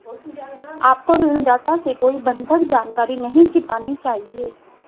आपको ऋणदाता से कोई बंधक जानकारी नहीं छिपानी चाहिए